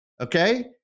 okay